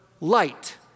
light